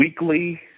Weekly